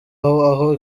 aho